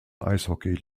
eishockey